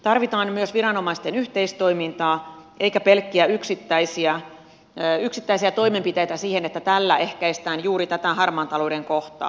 tarvitaan myös viranomaisten yhteistoimintaa eikä pelkkiä yksittäisiä toimenpiteitä siihen että tällä ehkäistään juuri tätä harmaan talouden kohtaa